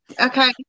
Okay